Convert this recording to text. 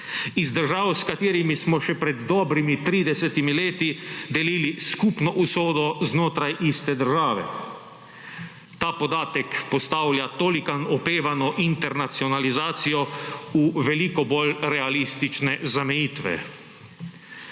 Iz držav, s katerimi smo še pred dobrimi 30. leti delili skpuno usodo znotraj iste države. Ta podatek postavlja tolikan(?) opevano internacionalizacijo v veliko bolj realistične zamejitve.